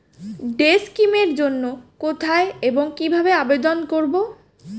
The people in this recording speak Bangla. ডে স্কিম এর জন্য কোথায় এবং কিভাবে আবেদন করব?